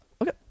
Okay